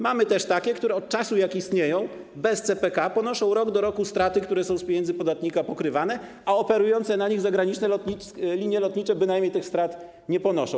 Mamy też takie, które od czasu, jak istnieją, bez CPK ponoszą rok do roku straty, które są z pieniędzy podatnika pokrywane, a operujące na nich zagraniczne linie lotnicze bynajmniej tych strat nie ponoszą.